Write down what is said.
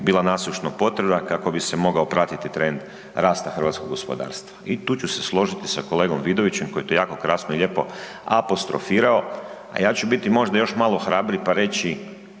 bila nasušno potrebna kako bi se mogao pratiti trend rasta hrvatskog gospodarstva. I tu ću se složiti sa kolegom Vidovićem koji je to jako krasno i lijepo apostrofirao, a ja ću biti možda još malo hrabriji pa reći